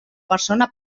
persona